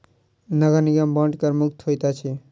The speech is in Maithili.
नगर निगम बांड कर मुक्त होइत अछि